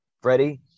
Freddie